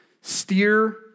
steer